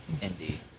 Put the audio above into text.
Indy